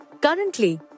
Currently